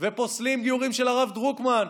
ופוסלים גיורים של הרב דרוקמן,